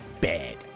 bad